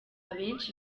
abenshi